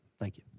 thank you.